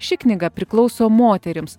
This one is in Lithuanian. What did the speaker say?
ši knyga priklauso moterims